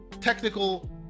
technical